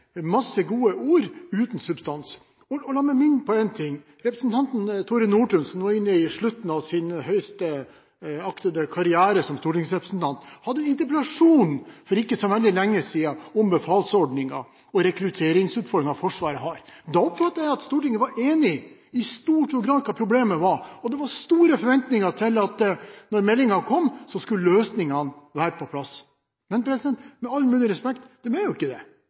masse gode ord uten substans. La meg minne om én ting: Representanten Tore Nordtun, som nå er inne i slutten av sin høyst aktive karriere som stortingsrepresentant, hadde en interpellasjon for ikke så veldig lenge siden om befalsordningen og rekrutteringsutfordringen Forsvaret har. Da trodde jeg at Stortinget i stor grad var enig om hva problemet var. Det var store forventninger til at når meldingen kom, skulle løsningene være på plass. Men – med all mulig respekt – de er jo ikke det.